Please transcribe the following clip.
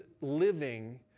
living